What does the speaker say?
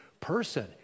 person